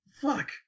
Fuck